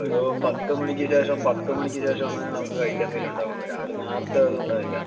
ഒരു പത്ത് മണിക്ക് ശേഷം പത്ത് മണിക്ക് ശേഷമാണ് നമുക്ക് കഴിക്കാനെന്തെങ്കിലും ഉണ്ടാവുള്ളു രാവിലെ നേരത്ത ഒന്നും ഉണ്ടാവില്ല